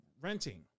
renting